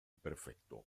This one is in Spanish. perfecto